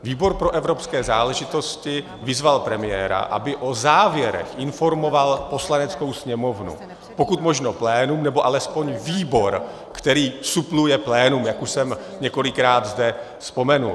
Výbor pro evropské záležitosti vyzval premiéra, aby o závěrech informoval Poslaneckou sněmovnu, pokud možno plénum nebo alespoň výbor, který supluje plénum, jak už jsem zde několikrát vzpomenul.